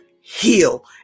heal